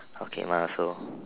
okay mine also